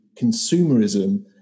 consumerism